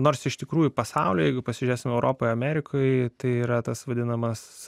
nors iš tikrųjų pasaulyje jeigu pasižiūrėsime į europą amerikai tai yra tas vadinamas